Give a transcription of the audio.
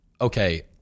Okay